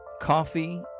Coffee